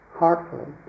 heartfully